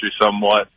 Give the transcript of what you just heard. somewhat